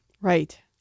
Right